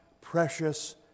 precious